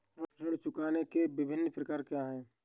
ऋण चुकाने के विभिन्न प्रकार क्या हैं?